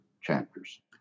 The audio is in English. chapters